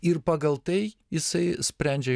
ir pagal tai jisai sprendžia